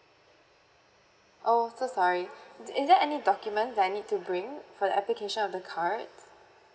oh so sorry is there any documents that I need to bring for the application of the cards